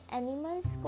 animals